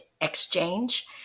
Exchange